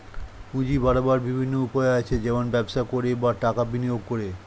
পুঁজি বাড়াবার বিভিন্ন উপায় আছে, যেমন ব্যবসা করে, বা টাকা বিনিয়োগ করে